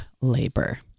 labor